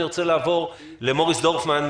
אני רוצה לעבור למוריס דורפמן,